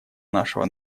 нашего